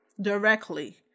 directly